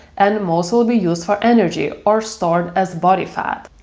and most will be used for energy or stored as body fat.